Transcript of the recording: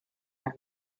him